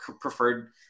preferred